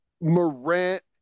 Morant